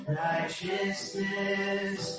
righteousness